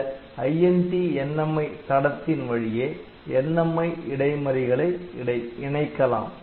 இந்த INTNMI தடத்தின் வழியே NMI இடைமறிகளை இணைக்கலாம்